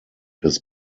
his